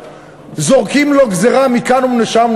זורקים לו גזירה מכאן ומשם,